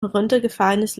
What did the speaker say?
heruntergefallenes